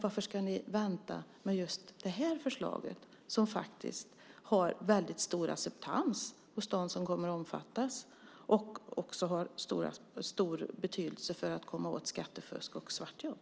Varför ska ni vänta med just det här förslaget, som faktiskt har mycket stor acceptans hos dem som kommer att omfattas och även har stor betydelse för att komma åt skattefusk och svartjobb?